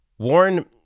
Warren